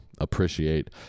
appreciate